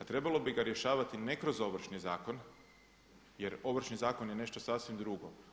Trebalo bi ga rješavati ne kroz Ovršni zakon, jer Ovršni zakon je nešto sasvim drugo.